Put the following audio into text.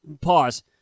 Pause